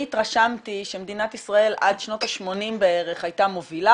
התרשמתי שמדינת ישראל עד שנות השמונים בערך הייתה מובילה